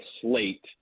slate